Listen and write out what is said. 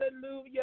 hallelujah